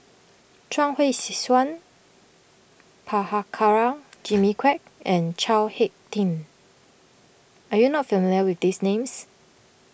Chuang Hui Tsuan Prabhakara Jimmy Quek and Chao Hick Tin are you not familiar with these names